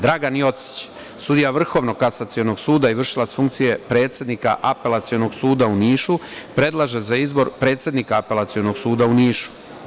Dragan Jocić, sudija Vrhovnog kasacionog suda i vršilac funkcije predsednika Apelacionog suda u Nišu predlaže za izbor predsednika Apelacionog suda u Nišu.